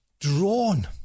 drawn